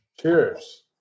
Cheers